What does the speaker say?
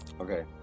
Okay